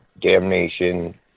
damnation